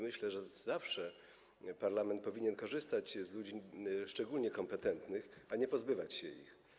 Myślę, że zawsze parlament powinien korzystać z konsultacji ludzi szczególnie kompetentnych, a nie pozbywać się ich.